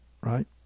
right